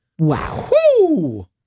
Wow